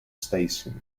station